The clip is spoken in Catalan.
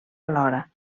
alhora